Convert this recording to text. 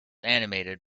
animated